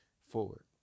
forward